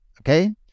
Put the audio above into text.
okay